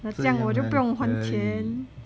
这样我就不用还钱